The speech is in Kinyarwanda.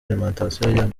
alimentation